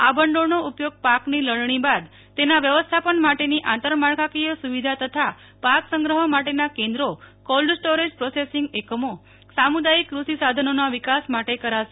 આ ભંડોળનો ઉપયોગ પાકની લણણી બાદ તેના વ્યવસ્થાપન માટેની આંતર માળકાકીય સુવિધા તથા પાક સંગ્રહ માટેના કેન્દ્રોકોલ્ડ સ્ટોરેજ પ્રોસેસિંગ એકમોસામુ દાથિક કૃષિ સાધનોના વિકાસ માટે કરાશે